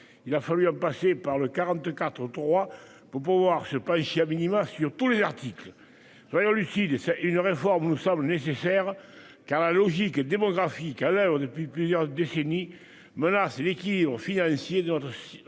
Il a fallu en passer par l'article 44.3 pour pouvoir se pencher sur tous les articles. Soyons lucides : une réforme nous semble nécessaire, car la logique démographique à l'oeuvre depuis plusieurs décennies menace l'équilibre financier de notre régime